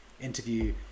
interview